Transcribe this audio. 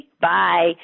Bye